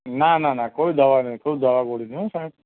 ના ના ના કોઈ દવા નહીં કોઈ દવા ગોળી નહીં હોં સાહેબ